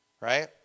Right